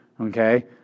okay